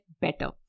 better